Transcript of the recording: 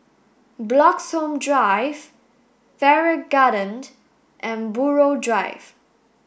Bloxhome Drive Farrer Garden and Buroh Drive